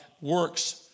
works